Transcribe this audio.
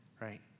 right